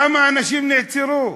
כמה אנשים נעצרו?